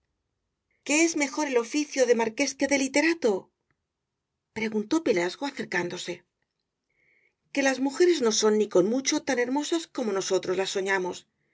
que es mejor el oficio de marqués que el de literato preguntó pelasgo acercándose que las mujeres no son ni con mucho tan hermosas como nosotras las soñamos